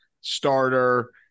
starter